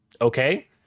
Okay